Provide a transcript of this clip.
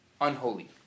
Unholy